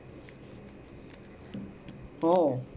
oh